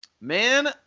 Man